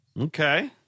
Okay